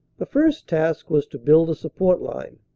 the first task was to build a su pport line.